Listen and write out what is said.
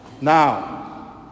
Now